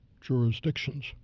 jurisdictions